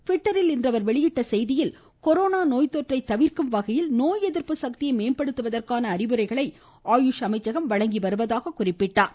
ட்விட்டரில் இன்று அவர் வெளியிட்டுள்ள செய்தியில் கொரோனா நோய் தொற்றை தவிர்க்கும் வகையில் நோய் எதிர்ப்பு சக்தியை மேம்படுத்துவதற்கான அறிவுரைகளை ஆயுஷ் அமைச்சகம் வழங்கி வருவதாக குறிப்பிட்டார்